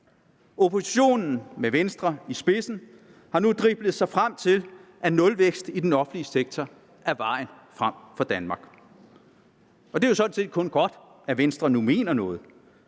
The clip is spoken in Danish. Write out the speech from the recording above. Oppositionen med Venstre i spidsen har nu driblet sig frem til, at nulvækst i den offentlige sektor er vejen frem for Danmark. Det er sådan set kun godt, at Venstre nu mener noget,